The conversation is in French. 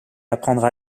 apprendre